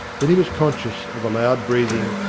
then he was conscious of a loud breathing,